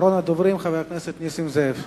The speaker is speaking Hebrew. אחרון הדוברים, חבר הכנסת נסים זאב.